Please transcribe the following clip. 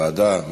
ועדה?